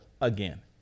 again